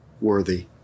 worthy